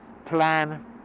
Plan